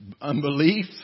unbelief